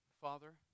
Father